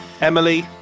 Emily